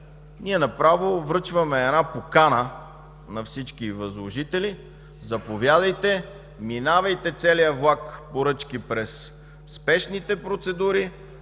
ние направо връчваме една покана на всички възложители: „Заповядайте! Минавайте целият влак поръчки – през спешните процедури!